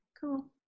cool